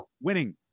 winning